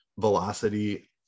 velocity